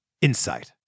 Insight